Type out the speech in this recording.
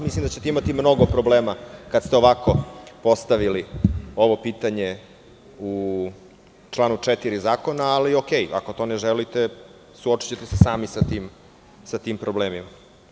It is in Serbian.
Mislim da ćete imati mnogo problema kada ste ovako postavili ovo pitanje u članu 4. Zakona, ali u redu, ako to ne želite, suočićete se sami sa tim problemima.